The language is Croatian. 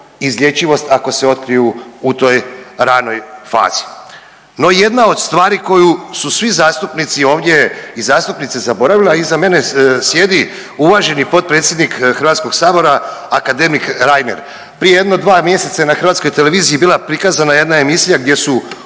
izlječivost ako se otkriju u toj ranoj fazi. No jedna od stvari koju su svi zastupnici ovdje i zastupnice zaboravile, a iza mene sjedi uvaženi potpredsjednik HS akademik Reiner. Prije jedno dva mjeseca je na Hrvatskoj televiziji bila prikazana jedna emisija gdje su